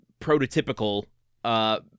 prototypical